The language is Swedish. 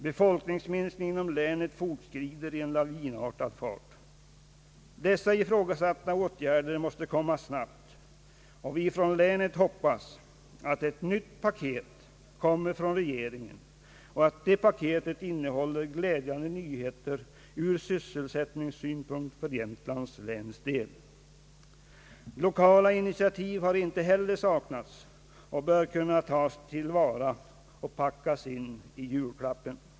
Befolkningsminskningen inom länet fortskrider i en lavinartad fart. Dessa ifrågasatta åtgärder måste komma snabbt. Vi från länet hoppas att »ett nytt paket» kommer från regeringen och att det paketet innehåller glädjande nyheter från sysselsättningssynpunkt för Jämtlands läns del. Lokala initiativ har icke heller saknats och bör kunna tas till vara och packas in i »julklappen»!